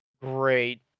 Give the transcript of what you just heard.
Great